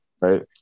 Right